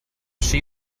she